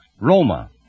Roma